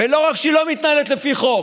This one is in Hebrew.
ולא רק שהיא לא מתנהלת לפי חוק,